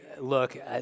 look